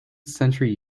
century